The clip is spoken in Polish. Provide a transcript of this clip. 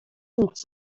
nic